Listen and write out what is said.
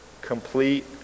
complete